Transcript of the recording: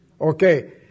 okay